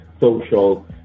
social